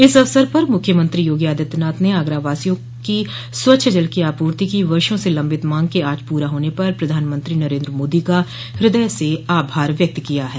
इस अवसर पर मुख्यमंत्री योगी आदित्यनाथ ने आगरावासियों की स्वच्छ जल की आपूर्ति की वर्षो से लम्बित मांग के आज पूरा होने पर प्रधानमंत्री नरेन्द्र मोदी का हृदय से आभार व्यक्त किया है